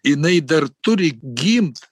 jinai dar turi gimt